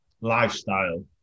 lifestyle